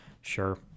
sure